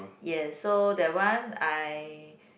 yes so that one I